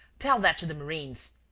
tell that to the marines.